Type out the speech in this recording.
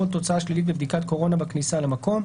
על תוצאה שלילית בבדיקת קורונה בכניסה למקום."